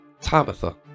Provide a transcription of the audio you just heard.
Tabitha